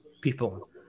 people